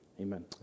Amen